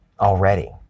already